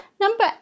Number